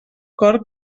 cor